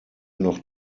noch